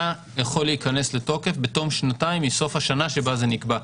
יכול להיכנס לתוקף בתום שנתיים מסוף השנה שבה זה נקבע.